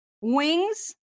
wings